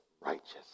righteous